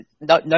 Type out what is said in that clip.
no